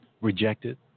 rejected